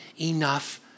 enough